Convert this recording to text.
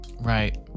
Right